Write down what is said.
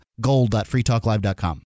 gold.freetalklive.com